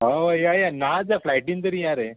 हय हय या या ना जा फ्लायटीन तरी या रे